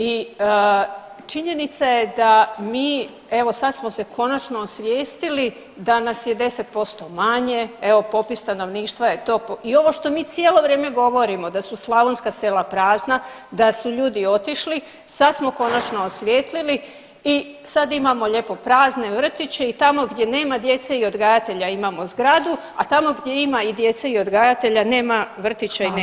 I činjenica je da mi, evo sad smo se konačno osvijestili da nas je 10% manje, evo popis stanovništva je to i ovo što mi cijelo vrijeme govorimo da su slavonska sela prazna, da su ljudi otišli, sad smo konačno osvijetlili i sad imamo lijepo prazne vrtiće i tamo gdje nema djece i odgajatelja imamo zgradu, a tamo gdje ima i djece i odgajatelja nema vrtića i nema zgrade.